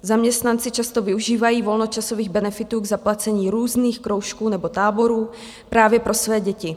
Zaměstnanci často využívají volnočasových benefitů k zaplacení různých kroužků nebo táborů právě pro své děti.